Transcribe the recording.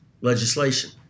legislation